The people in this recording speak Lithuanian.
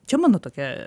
čia mano tokia